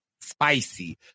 spicy